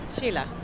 Sheila